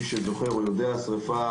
אם צריך אישורים של פקיד יערות.